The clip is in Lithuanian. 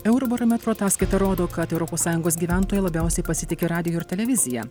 eurobarometro ataskaita rodo kad europos sąjungos gyventojai labiausiai pasitiki radiju ir televizija